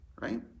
right